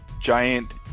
giant